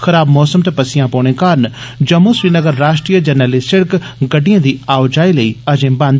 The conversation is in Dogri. खराब मौसम ते पस्सियां पौने कारण जम्मू श्रीनगर राश्ट्री जरनैली सिड़क गड़िडएं दी आओजाई लेई अजें बी बंद